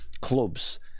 clubs